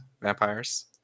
vampires